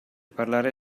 parlare